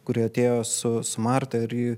kuri atėjo su marta ir ji